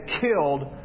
killed